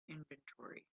inventory